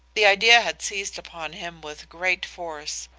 the idea had seized upon him with great force,